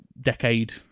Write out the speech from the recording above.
decade